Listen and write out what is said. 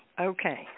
Okay